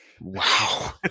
Wow